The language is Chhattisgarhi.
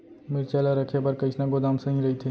मिरचा ला रखे बर कईसना गोदाम सही रइथे?